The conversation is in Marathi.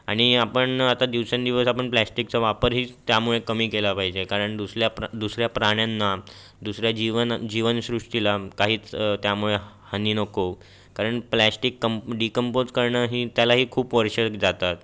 आणि आपण आता दिवसेंदिवस आपण प्लॅश्टीकचा वापरही त्यामुळे कमी केला पाहिजे कारण दुसल्या प्रा दुसऱ्या प्राण्यांना दुसऱ्या जीवन जीवनसृष्टीला काहीच त्यामुळे हा हानी नको कारण प्लॅश्टीक कंप डिकंपोज करणंही त्यालाही खूप वर्षं जातात